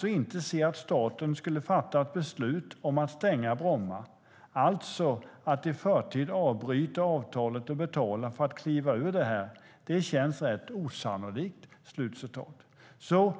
han inte kan se att staten skulle fatta beslut om att stänga Bromma, alltså att i förtid bryta avtalet och betala för att kliva ur det, känns rätt osannolikt. Herr talman!